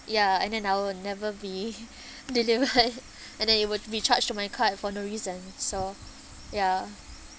ya and then I will never be delivered and then it would be charged to my card for no reason so ya